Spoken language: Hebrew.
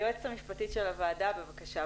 היועצת המשפטית של הוועדה בבקשה,